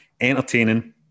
Entertaining